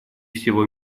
всего